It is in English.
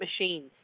machines